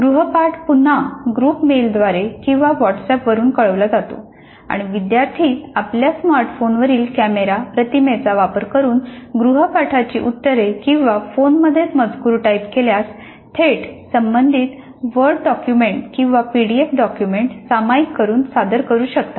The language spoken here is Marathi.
गृहपाठ पुन्हा ग्रुप मेलद्वारे किंवा व्हॉट्सअँपवरुन कळवला जातो आणि विद्यार्थी आपल्या स्मार्टफोनमधील कॅमेरा प्रतिमेचा वापर करुन गृहपाठाची उत्तरे किंवा फोनमध्येच मजकूर टाइप केल्यास थेट संबंधित वर्ड डॉक्युमेंट किंवा पीडीएफ डॉक्युमेंट सामायिक करून सादर करू शकतात